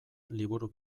liburu